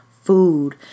food